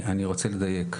אני רוצה לדייק,